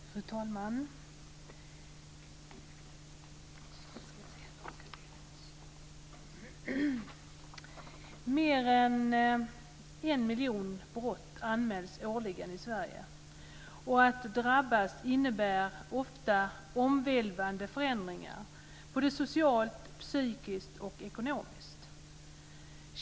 Fru talman! Mer än en miljon brott anmäls årligen i Sverige. Att drabbas innebär ofta omvälvande förändringar både socialt, psykiskt och ekonomiskt.